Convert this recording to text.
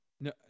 No